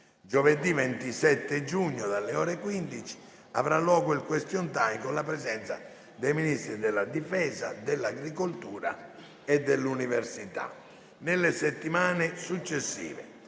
Giovedì 27 giugno, alle ore 15, avrà luogo il *question time* con la presenza dei Ministri della difesa, dell'agricoltura e dell'università. Nelle settimane successive,